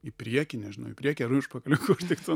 į priekį nežinau į priekį ar į užpakalį kur tik tu